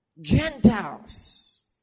Gentiles